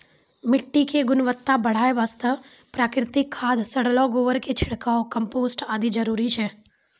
मिट्टी के गुणवत्ता बढ़ाय वास्तॅ प्राकृतिक खाद, सड़लो गोबर के छिड़काव, कंपोस्ट आदि जरूरी छै